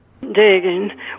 Digging